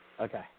Okay